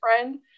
friend